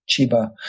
Chiba